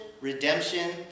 redemption